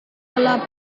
gelap